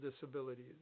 disabilities